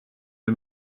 the